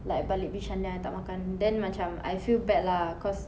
like balik bishan then I tak makan then macam I feel bad lah cause